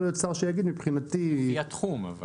אבל לפי התחום.